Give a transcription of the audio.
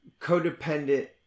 codependent